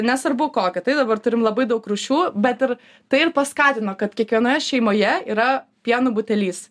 nesvarbu kokį tai dabar turim labai daug rūšių bet ir tai ir paskatino kad kiekvienoje šeimoje yra pieno butelis